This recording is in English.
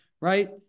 right